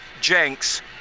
Jenks